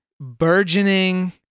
burgeoning